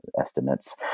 estimates